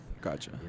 Gotcha